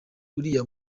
uriya